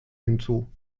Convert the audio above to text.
hinzu